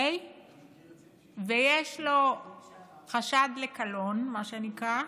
ויש לו חשד לקלון, מה שנקרא,